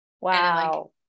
Wow